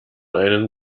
einen